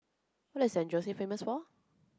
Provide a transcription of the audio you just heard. what is San Jose famous for